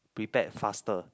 prepared faster